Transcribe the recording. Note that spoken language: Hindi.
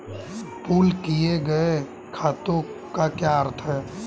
पूल किए गए खातों का क्या अर्थ है?